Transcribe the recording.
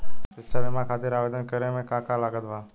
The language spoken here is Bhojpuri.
शिक्षा बीमा खातिर आवेदन करे म का का लागत बा?